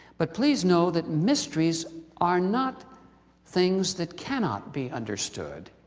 but please know that mysteries are not things that cannot be understood.